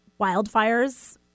wildfires